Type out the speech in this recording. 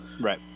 Right